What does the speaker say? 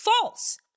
false